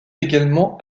également